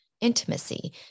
intimacy